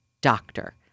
doctor